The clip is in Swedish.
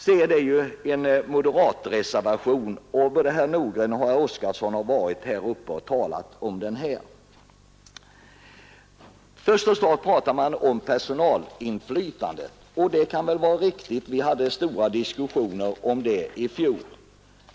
Nr 4 är en moderatreservation, och både herr Nordgren och herr Oskarson har varit uppe och talat om den. Först talar man om personalinflytandet, och det kan väl vara riktigt. Vi hade stora diskussioner om det i fjol.